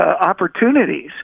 opportunities